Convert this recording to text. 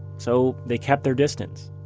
so they kept their distance.